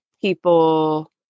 people